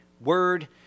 word